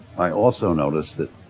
i also noticed that